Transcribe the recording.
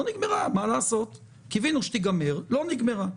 קווינו שתיגמר, אבל לא נגמרה.